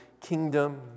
kingdom